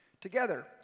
together